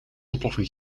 ontploffing